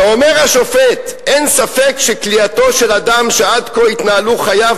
ואומר השופט: "אין ספק שכליאתו של אדם שעד כה התנהלו חייו